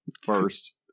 first